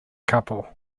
couple